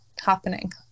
happening